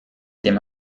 dem